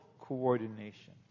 coordination